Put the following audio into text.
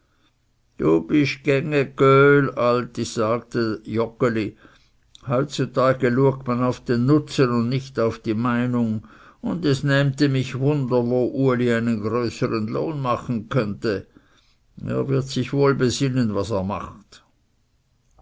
du bist geng e göhl alti sagte joggeli heutzutag luegt man auf den nutzen und nicht auf die meinung und es nähmte mich wunder wo uli einen größern lohn machen könnte er wird sich wohl bsinnen was er macht